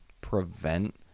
prevent